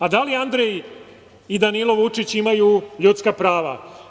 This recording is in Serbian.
Da li Andrej i Danilo Vučić imaju ljuska prava?